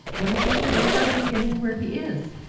what is mr. dumfarthing getting where he is?